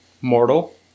mortal